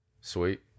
Sweet